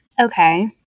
Okay